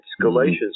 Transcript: Galatians